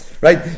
Right